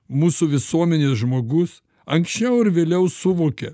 mūsų visuomenės žmogus anksčiau ar vėliau suvokė